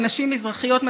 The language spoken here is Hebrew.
ונשים מזרחיות,